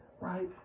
right